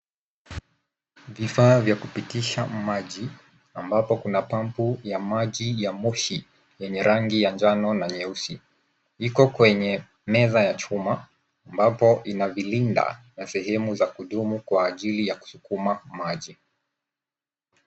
Vifaa vya kupitisha maji ambapo kuna pampu ya maji ya moshi yenye rangi ya njano na nyeusi. Iko kwenye meza ya chuma ambapo inavilinda na sehemu za kudumu kwa ajili ya kusukuma maji.